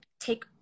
take